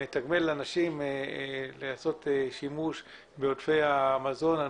לתגמל אנשים לעשות שימוש בעודפי המזון על